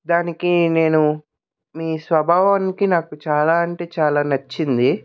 దానికి నేను మీ స్వభావానికి నాకు చాలా అంటే చాలా నచ్చింది